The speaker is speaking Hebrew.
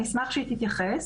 אני אשמח שהיא תתייחס,